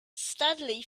stanley